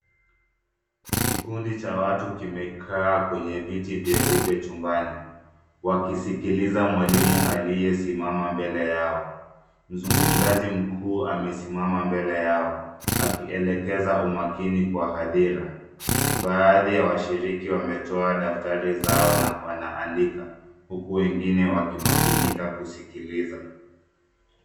Kikundi cha watu kimekaa kwenye viti vyeupe chumbani, wakisikiliza mwalimu aliyesimama mbele yao. Mzungumzaji mkuu amesimama mbele yao, akielekeza umakini kwa hadhira. Baadhi ya washiriki wametoa daftari zao na waandika huku wengine wakimakinika kusikiliza.